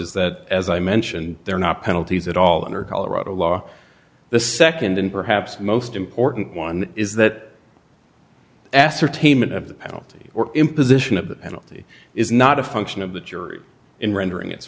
is that as i mentioned they're not penalties at all under colorado law the nd and perhaps most important one is that ascertainment of the penalty or imposition of the penalty is not a function of the jury in rendering it